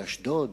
לאשדוד,